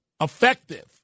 effective